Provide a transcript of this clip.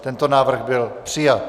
Tento návrh byl přijat.